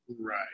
Right